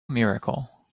miracle